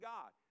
God